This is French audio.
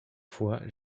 foi